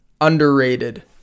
underrated